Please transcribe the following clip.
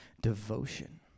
devotion